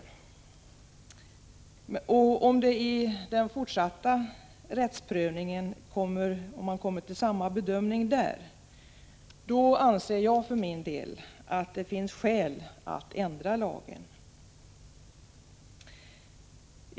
Om man i den fortsatta rättsprövningen kommer fram till samma bedömning anser jag för min del att det finns skäl att ändra lagen.